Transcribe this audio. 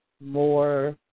more